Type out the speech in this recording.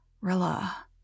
Rilla